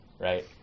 right